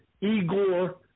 Igor